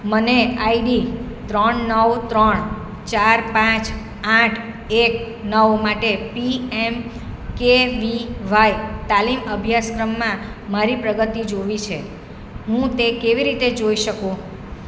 મને આઈડી ત્રણ નવ ત્રણ ચાર પાંચ આઠ એક નવ માટે P M K V Y તાલીમ અભ્યાસક્રમમાં મારી પ્રગતિ જોવી છે હું તે કેવી રીતે જોઈ શકું